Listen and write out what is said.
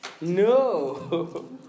No